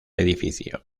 edificio